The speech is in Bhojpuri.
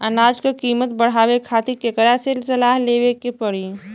अनाज क कीमत बढ़ावे खातिर केकरा से सलाह लेवे के पड़ी?